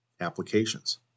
applications